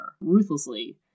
ruthlessly